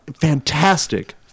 fantastic